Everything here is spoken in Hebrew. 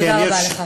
תודה רבה לך.